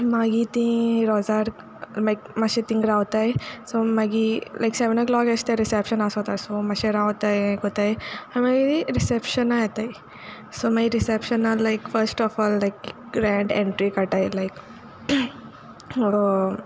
मागी तीं रोजार मागी माशे तींग रावताय सो मागीर लायक सेव्हन अ क्लॉक अेश तें रिसेप्शन आसोता सो मातशें रावताय हें कोताय आनी मागीर रिसेप्शना येताय सो मागीर रिसेप्शना like first of all like grand entry काटाय लायक